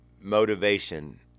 motivation